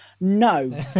no